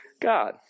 God